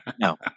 No